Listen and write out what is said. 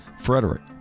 Frederick